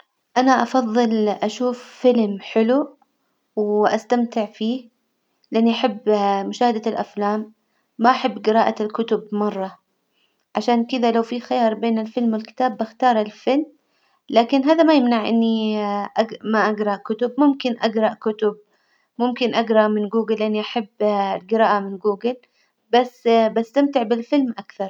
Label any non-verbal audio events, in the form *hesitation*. أنا أفظل أشوف فيلم حلو وأستمتع فيه، لإني أحب *hesitation* مشاهدة الأفلام، ما أحب جراءة الكتب مرة، عشان كذا لو فيه خيار بين الفيلم والكتاب بختار الفيلم، لكن هذا ما يمنع إني *hesitation* أج- ما أجرا كتب، ممكن أجرأ كتب، ممكن أجرا من جوجل لإني أحب الجراءة من جوجل، بس *hesitation* بستمتع بالفيلم أكثر.